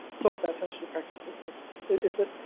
talk about censorship practices is that